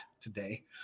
today